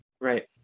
Right